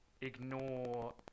ignore